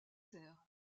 serres